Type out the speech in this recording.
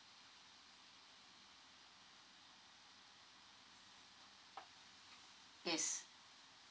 yes